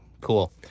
cool